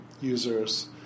users